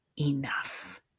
enough